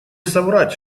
соврать